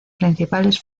principales